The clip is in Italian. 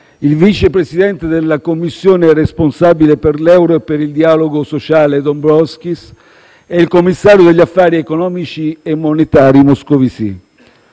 il vice presidente della Commissione e responsabile per l'euro e per il dialogo sociale Dombrovskis, e il commissario degli affari economici e monetari Moscovici.